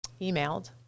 emailed